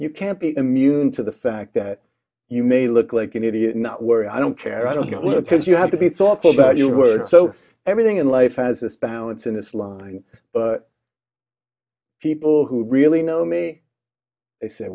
you can't be immune to the fact that you may look like an idiot not worry i don't care i don't want to because you have to be thoughtful about your words so everything in life has this balance in this line people who really know me they say